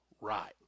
right